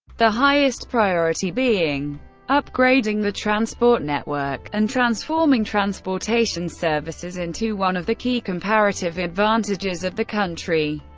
the highest priority being upgrading the transport network and transforming transportation services into one of the key comparative advantages of the country,